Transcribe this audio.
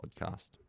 podcast